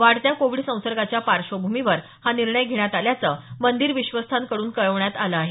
वाढत्या कोविड प्राद्र्भावाच्या पार्श्वभूमीवर हा निर्णय घेतला असल्याचं मंदीर विश्वस्थांकडून कळवण्यात आलं आहे